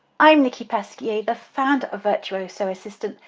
i'm nicky pasquier, the founder of virtuoso assistant,